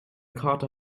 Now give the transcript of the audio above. kater